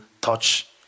touch